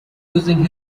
using